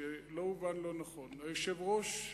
שלא יובן לא נכון: היושב-ראש,